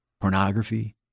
Pornography